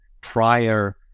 prior